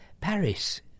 Paris